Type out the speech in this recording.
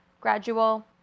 Gradual